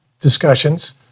discussions